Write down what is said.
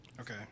Okay